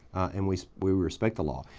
and we we respect the law.